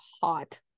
hot